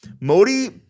Modi